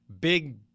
big